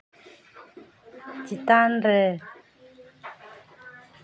ᱪᱮᱛᱟᱱ ᱨᱮ